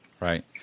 Right